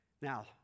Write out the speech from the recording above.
Now